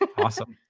awesome.